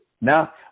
Now